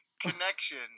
connection